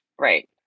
right